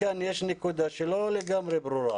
כאן יש נקודה שלא לגמרי ברורה.